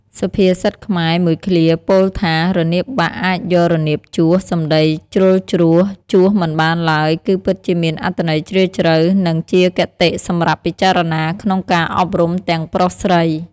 សុភាសិតខ្មែរមួយឃ្លាពោលថា រនាបបាក់អាចយករនាបជួស សំដីជ្រុលជ្រួសជួសមិនបានឡើយ គឺពិតជាមានអត្ថន័យជ្រាលជ្រៅ និងជាគតិសម្រាប់ពិចារណាក្នុងការអប់រំទាំងប្រុសស្រី ។